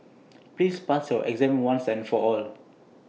please pass your exam once and for all